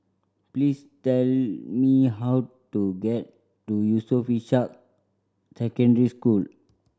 please tell me how to get to Yusof Ishak Secondary School